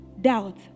Doubt